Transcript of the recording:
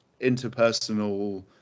interpersonal